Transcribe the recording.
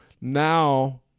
now